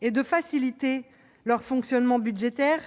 et de faciliter le fonctionnement budgétaire